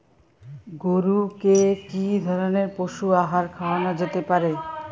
গরু কে কি ধরনের পশু আহার খাওয়ানো যেতে পারে?